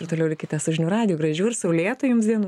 ir toliau likite su žinių radiju gražių ir saulėtų jums dienų